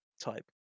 type